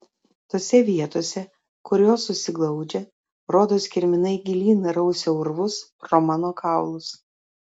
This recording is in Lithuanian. tose vietose kur jos susiglaudžia rodos kirminai gilyn rausia urvus pro mano kaulus